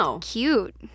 cute